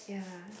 yeah